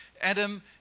Adam